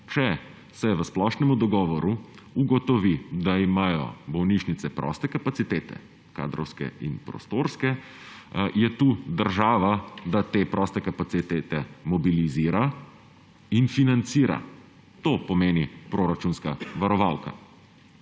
če se v splošnem dogovoru ugotovi, da imajo bolnišnice proste kapacitete, kadrovske in prostorske, je tu država, da te proste kapacitete mobilizira in financira, to pomeni proračunska varovalka.